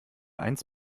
eins